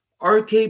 RK